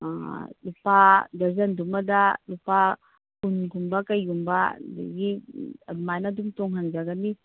ꯂꯨꯄꯥ ꯗꯔꯖꯟꯗꯨꯃꯗ ꯂꯨꯄꯥ ꯀꯨꯟꯒꯨꯝꯕ ꯀꯩꯒꯨꯝꯕ ꯑꯗꯒꯤ ꯑꯗꯨꯃꯥꯏꯅ ꯑꯗꯨꯝ ꯇꯣꯡꯍꯟꯖꯒꯅꯤ